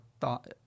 thought